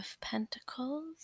Pentacles